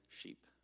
sheep